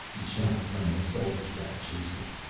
he shouted when the soldiers grabbed jason.